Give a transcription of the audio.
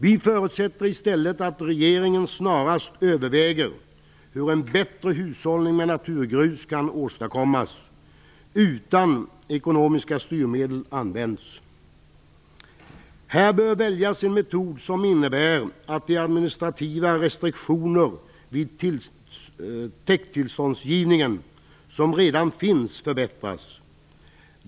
Vi förutsätter i stället att regeringen snarast överväger hur en bättre hushållning med naturgrus kan åstadkommas utan att ekonomiska styrmedel används. Här bör väljas en metod som innebär att de administrativa restriktioner vid täkttillståndsgivningen som redan finns skall skärpas.